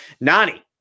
Nani